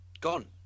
gone